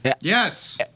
Yes